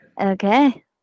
Okay